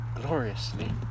Gloriously